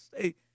say